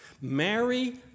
Marry